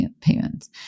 payments